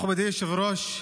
מכובדי היושב-ראש,